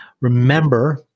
Remember